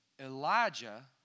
Elijah